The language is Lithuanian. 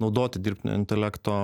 naudoti dirbtinio intelekto